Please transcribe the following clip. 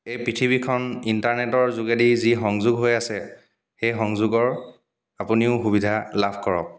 এই পৃথিৱীখন ইণ্টাৰনেটৰ যোগেদি যি সংযোগ হৈ আছে সেই সংযোগৰ আপুনিও সুবিধা লাভ কৰক